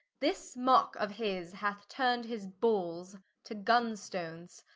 this mocke of his hath turn'd his balles to gun-stones,